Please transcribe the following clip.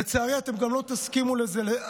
לצערי, אתם גם לא תסכימו לזה.